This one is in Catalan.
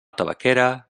tabaquera